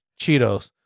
cheetos